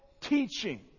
teaching